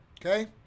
okay